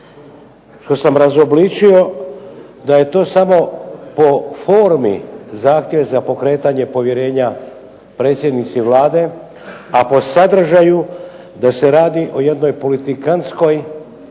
što sam razobličio da je to samo po formi zahtjev za pokretanje povjerenja predsjednici Vlade, a po sadržaju da se radi o jednoj politikantskoj